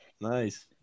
Nice